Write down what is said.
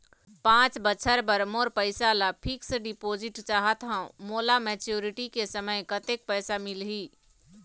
पांच बछर बर मोर पैसा ला फिक्स डिपोजिट चाहत हंव, मोला मैच्योरिटी के समय कतेक पैसा मिल ही?